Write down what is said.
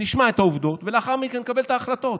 נשמע את העובדות ולאחר מכן נקבל את ההחלטות.